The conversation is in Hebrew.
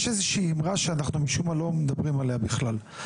יש אמרה שאנחנו משום מה לא מדברים עליה בכלל.